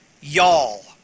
y'all